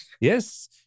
Yes